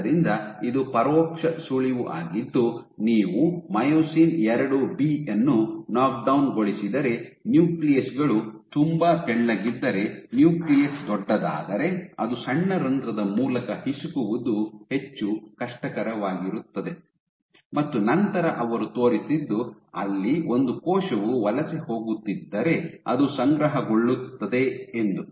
ಆದ್ದರಿಂದ ಇದು ಪರೋಕ್ಷ ಸುಳಿವು ಆಗಿದ್ದು ನೀವು ಮಯೋಸಿನ್ IIಬಿ ಯನ್ನು ನೊಕ್ಡೌನ್ ಗೊಳಿಸಿದರೆ ನ್ಯೂಕ್ಲಿಯಸ್ಗಳು ತುಂಬಾ ತೆಳ್ಳಗಿದ್ದರೆ ನ್ಯೂಕ್ಲಿಯಸ್ ದೊಡ್ಡದಾದರೆ ಅದು ಸಣ್ಣ ರಂಧ್ರದ ಮೂಲಕ ಹಿಸುಕುವುದು ಹೆಚ್ಚು ಕಷ್ಟಕರವಾಗಿರುತ್ತದೆ ಮತ್ತು ನಂತರ ಅವರು ತೋರಿಸಿದ್ದು ಅಲ್ಲಿ ಎಂದು ಕೋಶವು ವಲಸೆ ಹೋಗುತ್ತಿದ್ದರೆ ಅದು ಸಂಗ್ರಹಗೊಳ್ಳುತ್ತದೆ ಎಂದು